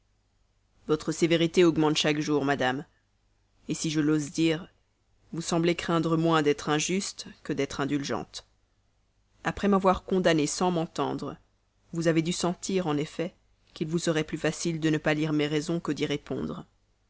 votre sévérité augmente chaque jour madame si je l'ose dire vous semblez craindre moins l'injustice que l'indulgence après m'avoir condamné sans m'entendre vous avez dû sentir en effet qu'il vous serait plus facile de ne pas lire mes raisons que d'y répondre